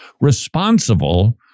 responsible